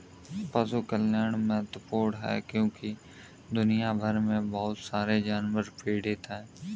पशु कल्याण महत्वपूर्ण है क्योंकि दुनिया भर में बहुत सारे जानवर पीड़ित हैं